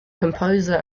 composer